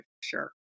sure